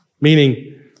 Meaning